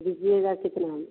दीजिएगा कितना में